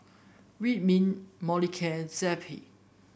Ridwind Molicare and Zappy